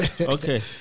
Okay